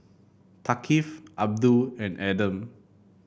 Thaqif Abdul and Adam